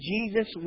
Jesus